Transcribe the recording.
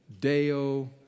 deo